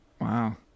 Wow